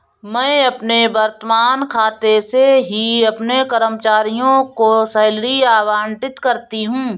मैं अपने वर्तमान खाते से ही अपने कर्मचारियों को सैलरी आबंटित करती हूँ